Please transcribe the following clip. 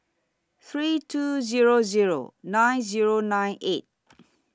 three two Zero Zero nine Zero nine eight